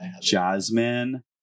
Jasmine